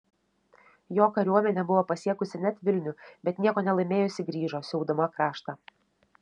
jo kariuomenė buvo pasiekusi net vilnių bet nieko nelaimėjusi grįžo siaubdama kraštą